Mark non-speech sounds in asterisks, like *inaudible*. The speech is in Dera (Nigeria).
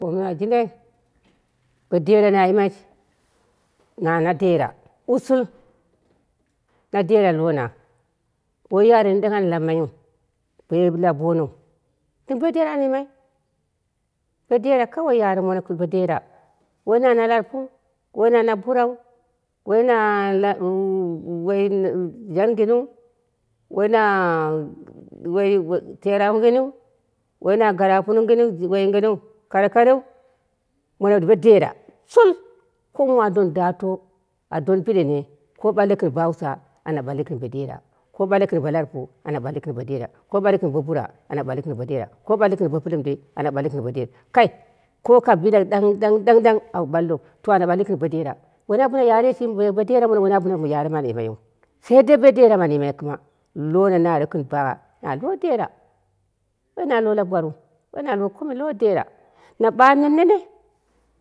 Wom na jindai bo dera na yimai na na dera ushul na dera lona woi yare nini ɗang ana lamai yiu woi labonou bo dera ana yimai bodera kawai yeremono gɨn bodera, woina na larpuwu woi na na burau, woi na *hesitation* janginiu, woi na *hesitation* tera nginta won na garapununginwu woi nginiu karereu mono bo dera shul ko muu a don dato a don biɗene ko ɓalno gɨn bo bura ana ɓalli gɨn bo dera ko ɓalno gɨn bo pɨlɨmdi ana ɓalli gɨn bo dera. Kai ko kabila ɗang ɗang ɗang ana ɓallo ana balli gɗn bo dera woi nana bɨna yarei shimiu bo woi bodera mono ana yimaiyiu, saidei bodera mɨ ana yimai kɨma wu lone naro gɨn bagna na lo dera woina lo laguwatru woi na lo komin na ɓarɨn nene.